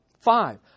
Five